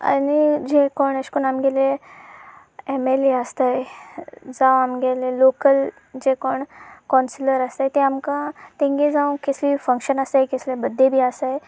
आनी जे कोण अशें करून आमचें एम एल ए आसताय जावं आमगेले लोकल जे कोण कौन्सिलर आसतात ते आमकां तांचें जावं कसली फंक्शन आसतात कसले बड्डे बी आसतात